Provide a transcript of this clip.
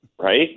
right